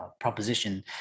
proposition